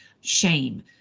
shame